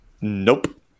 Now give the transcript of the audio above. Nope